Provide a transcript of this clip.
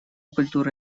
культура